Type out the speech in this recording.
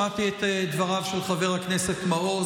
שמעתי את דבריו של חבר הכנסת מעוז,